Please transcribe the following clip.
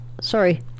sorry